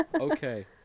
Okay